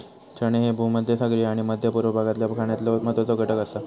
चणे ह्ये भूमध्यसागरीय आणि मध्य पूर्व भागातल्या खाण्यातलो महत्वाचो घटक आसा